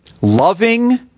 Loving